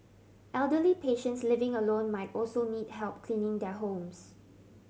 elderly patients living alone might also need help cleaning their homes